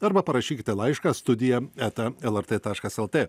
arba parašykite laišką studija eta lrt taškas lt